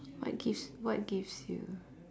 what gives what gives you